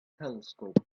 telescope